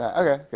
yeah okay. you